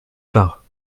pas